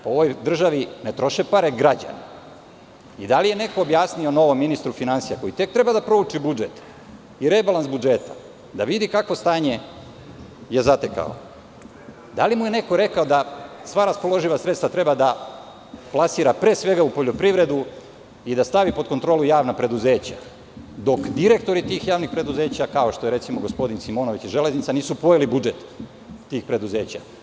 U ovoj državi ne troše pare građani, i da li je neko objasnio novom ministru finansija, koji tek treba da prouči budžet i rebalans budžeta, da vidi kakvo stanje je zatekao, da li mu je neko rekao da sva raspoloživa sredstva treba da plasira u poljoprivredu i da stavi pod kontrolu javna preduzeća, dok direktori tih javnih preduzeća, kao što je gospodin Simonović iz „Železnice“, nisu pojeli budžet tih preduzeća.